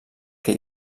que